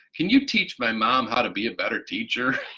can you teach my mom how to be a better teacher.